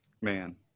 Man